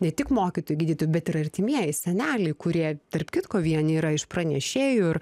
ne tik mokyti gydyti bet ir artimieji seneliai kurie tarp kitko vieni yra iš pranešėjų ir